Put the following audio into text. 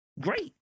Great